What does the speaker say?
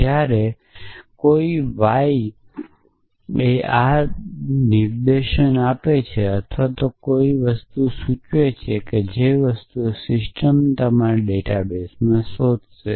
પછી તમે કોઈ ક્વેરી પૂછી શકો છો કે શું તમે જાણો છો કે જેન કોઈના પૂર્વજ છે અથવા તે જેવી વસ્તુઓ અને સિસ્ટમ તમારાડેટાબેઝ માં શોધશે